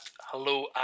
hello